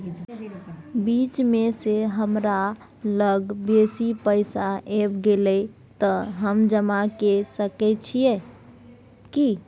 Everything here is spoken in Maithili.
बीच म ज हमरा लग बेसी पैसा ऐब गेले त हम जमा के सके छिए की?